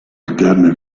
alterne